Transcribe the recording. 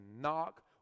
knock